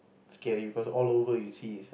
scary because all over you see is